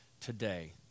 today